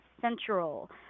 Central